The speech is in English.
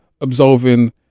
absolving